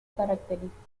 característico